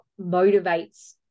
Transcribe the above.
motivates